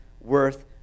worth